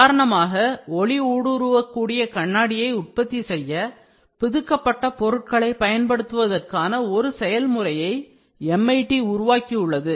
உதாரணமாக ஒளி ஊடுருவக்கூடிய கண்ணாடியை உற்பத்தி செய்ய பிதுக்கப்பட்ட பொருட்களைப் பயன்படுத்துவதற்கான ஒரு செயல்முறையை MIT உருவாக்கியுள்ளது